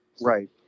Right